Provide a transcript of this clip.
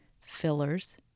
fillers